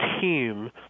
team –